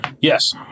Yes